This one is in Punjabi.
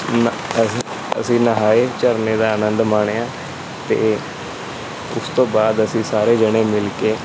ਨ ਅਸੀਂ ਅਸੀਂ ਨਹਾਏ ਝਰਨੇ ਦਾ ਆਨੰਦ ਮਾਣਿਆ ਅਤੇ ਉਸ ਤੋਂ ਬਾਅਦ ਅਸੀਂ ਸਾਰੇ ਜਣੇ ਮਿਲ ਕੇ